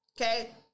Okay